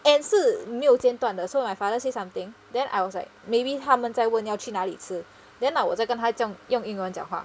and 是没有间断的 so my father say something then I was like maybe 他们在问要去哪里吃 then like 我再跟他用英文讲话